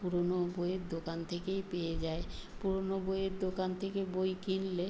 পুরোনো বইয়ের দোকান থেকেই পেয়ে যায় পুরোনো বইয়ের দোকান থেকে বই কিনলে